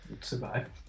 Survive